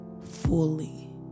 fully